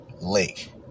Lake